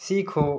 सीखो